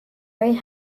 very